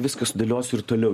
viską sudėliosiu ir toliau